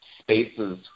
spaces